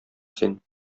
син